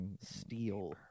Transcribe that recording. Steel